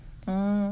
点心 eh